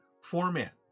format